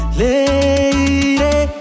lady